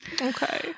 Okay